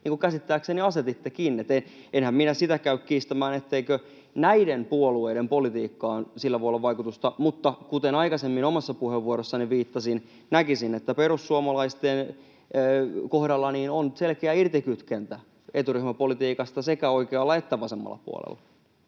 niin kuin käsittääkseni asetittekin. Enhän minä sitä käy kiistämään, etteikö näiden puolueiden politiikkaan sillä voi olla vaikutusta, mutta kuten aikaisemmin omassa puheenvuorossani viittasin, näkisin, että perussuomalaisten kohdalla on selkeä irtikytkentä eturyhmäpolitiikasta sekä oikealla että vasemmalla puolella.